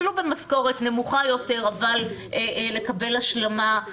אפילו במשכורת נמוכה יותר ולקבל השלמה.